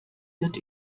wird